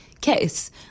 case